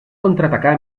contraatacar